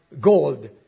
gold